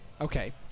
okay